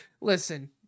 Listen